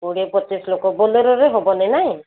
କୋଡ଼ିଏ ପଚିଶି ଲୋକ ବୋଲେରରେ ହବନି ନାଇଁ